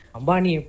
Ambani